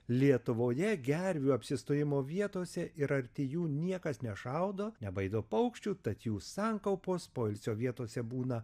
lietuvoje gervių apsistojimo vietose ir arti jų niekas nešaudo nebaido paukščių tad jų sankaupos poilsio vietose būna